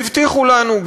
והבטיחו לנו,